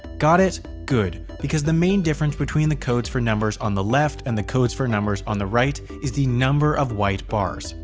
got it? good, because the main difference between the codes for numbers on the left and the codes for numbers on the rights is the number of white bars.